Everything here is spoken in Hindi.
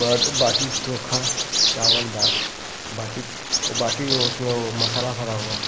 बाट बाटी चोख़ा चावल दाल बाटी वह बाटी वह उसमें वह मसाला भरा हुआ